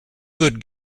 good